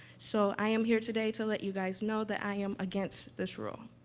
so, i am here today to let you guys know that i am against this rule.